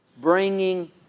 bringing